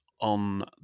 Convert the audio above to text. on